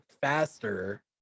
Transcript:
faster